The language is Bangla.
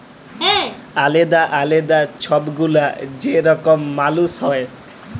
আলেদা আলেদা ছব গুলা যে রকম মালুস হ্যয়